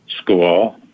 school